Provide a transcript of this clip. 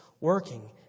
working